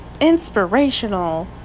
inspirational